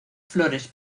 flores